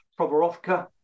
Provorovka